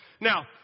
Now